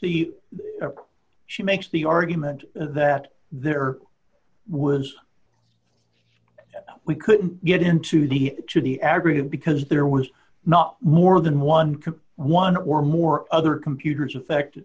the she makes the argument that there was we couldn't get into the to the aggregate because there was not more than one can one or more other computers affected